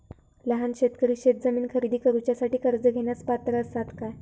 लहान शेतकरी शेतजमीन खरेदी करुच्यासाठी कर्ज घेण्यास पात्र असात काय?